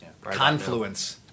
Confluence